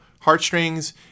heartstrings